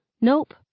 Nope